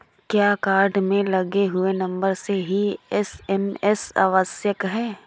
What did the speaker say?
क्या कार्ड में लगे हुए नंबर से ही एस.एम.एस आवश्यक है?